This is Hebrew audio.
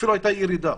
אפילו הייתה ירידה